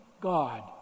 God